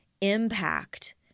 impact